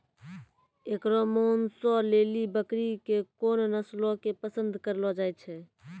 एकरो मांसो लेली बकरी के कोन नस्लो के पसंद करलो जाय छै?